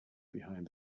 behind